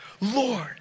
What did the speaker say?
Lord